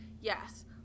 yes